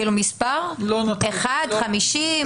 מספר, אחד, 50?